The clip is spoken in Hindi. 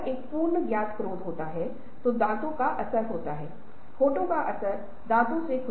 और फिर दूसरा कदम यह है कि पहले दृष्टि की प्राप्ति है और परिवर्तन की आवश्यकता है